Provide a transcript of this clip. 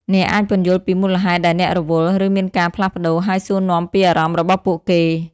អ្នកអាចពន្យល់ពីមូលហេតុដែលអ្នករវល់ ឬមានការផ្លាស់ប្តូរ ហើយសួរនាំពីអារម្មណ៍របស់ពួកគេ។